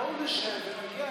בואו נשב ונגיע,